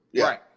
Right